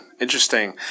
interesting